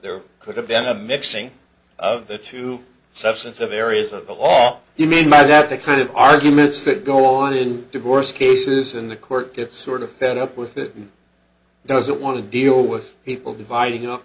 there could have been a mixing of the two substance of areas of the law you mean by that the kind of arguments that go or in divorce cases in the court get sort of fed up with the doesn't want to deal with people dividing up